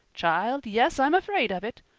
child, yes, i'm afraid of it.